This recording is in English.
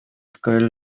squirrel